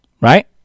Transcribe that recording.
right